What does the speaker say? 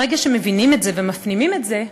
ברגע שמבינים את זה ומפנימים את זה,